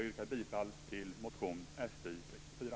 Jag yrkar bifall till motion Fi64.